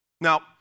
Now